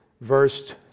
verse